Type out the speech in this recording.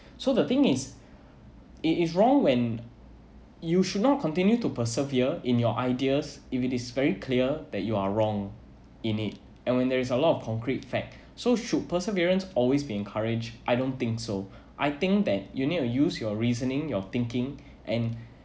so the thing is it is wrong when you should not continue to persevere in your ideas if it is very clear that you are wrong in it and when there is a lot of concrete fact so should perseverance always be encouraged I don't think so I think that you need to use your reasoning you're thinking and